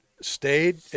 stayed